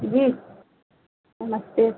जी नमस्ते